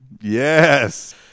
Yes